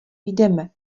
jdeme